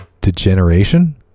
Degeneration